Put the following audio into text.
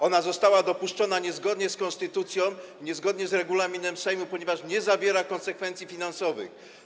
Ona została dopuszczona niezgodnie z konstytucją, niezgodnie z regulaminem Sejmu, ponieważ nie zawiera konsekwencji finansowych.